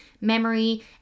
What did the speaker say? memory